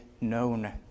known